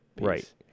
Right